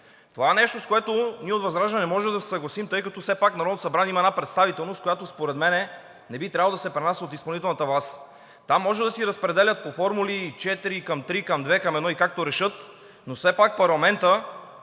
Това е нещо, с което ние от ВЪЗРАЖДАНЕ не можем да се съгласим, тъй като все пак Народното събрание има една представителност, която според мен не би трябвало да се пренася от изпълнителната власт. Там може да си разпределят по формули 4 към 3, към 2, към 1 и както решат, но все пак парламентът